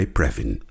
Previn